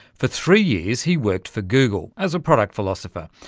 for three years he worked for google as a product philosopher.